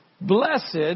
Blessed